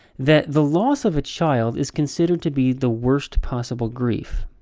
that the loss of a child is considered to be the worst possible grief.